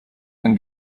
when